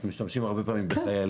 אנחנו משתמשים הרבה פעמים בחיילים,